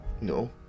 No